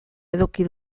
eduki